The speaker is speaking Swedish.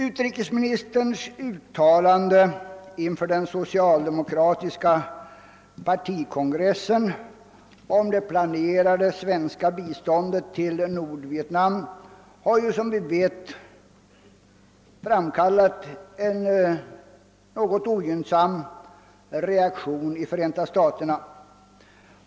Utrikesministerns uttalande inför den socialdemokratiska partikongressen om det planerade svenska biståndet till Nordvietnam har ju, som vi vet, framkallat en något ogynnsam reaktion i Förenta staterna.